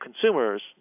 consumers